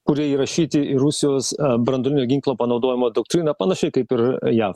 kurie įrašyti į rusijos branduolinio ginklo panaudojimo doktriną panašiai kaip ir jav